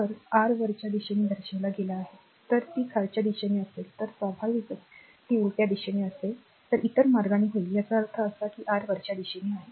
तर r वरच्या दिशेने दर्शविली गेली आहे जर ती खालच्या दिशेने असेल तर स्वाभाविकच ती उलट्या दिशेने असेल तर इतर मार्गाने होईल याचा अर्थ असा आहे की r वरच्या दिशेने आहे